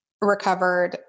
recovered